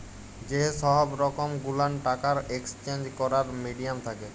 যে সহব রকম গুলান টাকার একেসচেঞ্জ ক্যরার মিডিয়াম থ্যাকে